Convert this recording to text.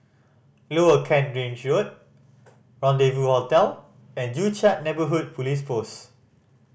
Lower Kent Ridge Road Rendezvou Hotel and Joo Chiat Neighbourhood Police Post